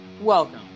welcome